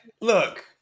look